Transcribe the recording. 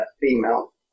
female